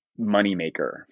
moneymaker